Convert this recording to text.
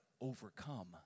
overcome